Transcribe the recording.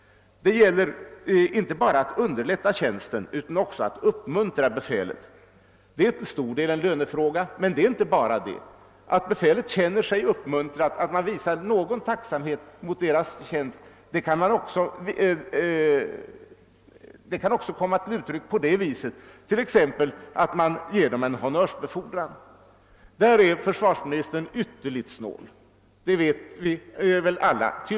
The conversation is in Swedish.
Det gäller att inte bara underlätta tjänsten utan också att uppmuntra befälet. Detta är inte bara en lönefråga — att befälet känner sig uppmuntrat, att man visar det någon tacksamhet kan komma till uttryck också t.ex. på det sättet att man ger en honnörsbefordran. Där är försvarsministern tyvärr ytterligt snål — det vet vi alla.